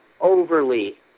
overly